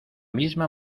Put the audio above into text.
misma